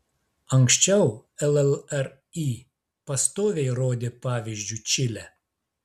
anksčiau llri pastoviai rodė pavyzdžiu čilę